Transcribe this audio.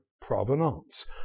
provenance